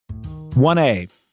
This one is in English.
1A